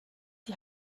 die